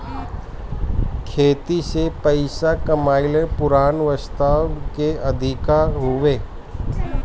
खेती से पइसा कमाइल पुरान व्यवसाय के तरीका हवे